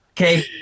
Okay